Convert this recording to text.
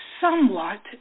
somewhat